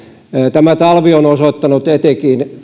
tämä mennyt talvi on osoittanut etenkin